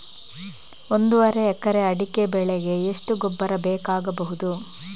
ಒಂದು ಎಕರೆ ಅಡಿಕೆ ಬೆಳೆಗೆ ಎಷ್ಟು ಗೊಬ್ಬರ ಬೇಕಾಗಬಹುದು?